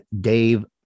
Dave